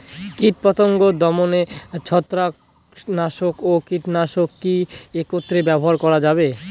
কীটপতঙ্গ দমনে ছত্রাকনাশক ও কীটনাশক কী একত্রে ব্যবহার করা যাবে?